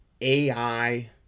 AI